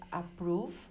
approve